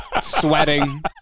sweating